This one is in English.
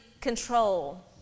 control